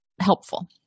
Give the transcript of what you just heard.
helpful